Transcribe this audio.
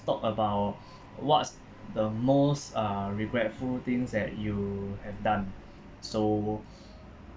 talk about what's the most uh regretful things that you have done so